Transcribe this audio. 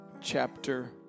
chapter